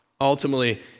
Ultimately